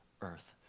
earth